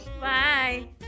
Bye